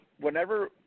whenever